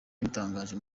yabitangaje